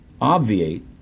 obviate